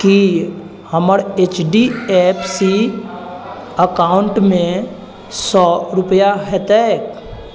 की हमर H D F C अकाउंटमे सए रूपैआ हेतैक